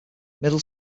middle